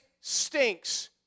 stinks